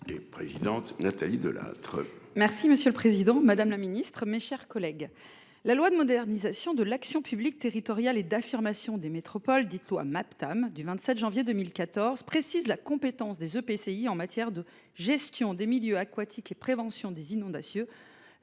Merci, monsieur le Président Madame la Ministre, mes chers collègues. La loi de modernisation de l'action publique territoriale et d'affirmation des métropoles dite loi MAPTAM du 27 janvier 2014, précise la compétence des EPCI en matière de gestion des milieux aquatiques et prévention des inondations.